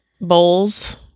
bowls